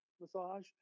massage